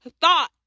thought